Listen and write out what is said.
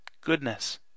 Goodness